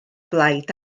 blaid